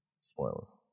spoilers